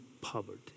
poverty